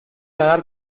nadar